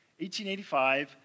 1885